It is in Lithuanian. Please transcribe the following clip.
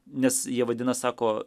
nes jie vadina sako